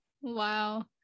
Wow